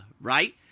right